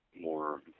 more